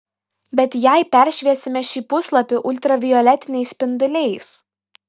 bet jei peršviesime šį puslapį ultravioletiniais spinduliais